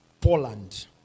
Poland